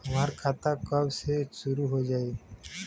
हमार खाता कब से शूरू हो जाई?